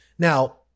Now